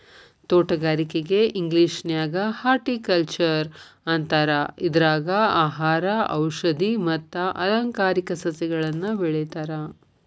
ತೋಟಗಾರಿಕೆಗೆ ಇಂಗ್ಲೇಷನ್ಯಾಗ ಹಾರ್ಟಿಕಲ್ಟ್ನರ್ ಅಂತಾರ, ಇದ್ರಾಗ ಆಹಾರ, ಔಷದಿ ಮತ್ತ ಅಲಂಕಾರಿಕ ಸಸಿಗಳನ್ನ ಬೆಳೇತಾರ